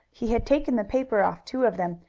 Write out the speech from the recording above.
he had taken the paper off two of them,